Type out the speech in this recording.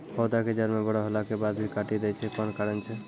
पौधा के जड़ म बड़ो होला के बाद भी काटी दै छै कोन कारण छै?